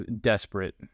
desperate